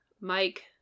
Mike